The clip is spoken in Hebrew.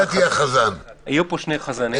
יהיו פה שני חזנים.